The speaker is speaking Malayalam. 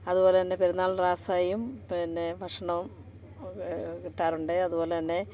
അതുപോലെ തന്നെ പെരുന്നാൾ റാസയും പിന്നെ ഭക്ഷണവും കിട്ടാറുണ്ട് അതുപോലെ തന്നെ